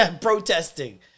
protesting